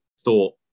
thought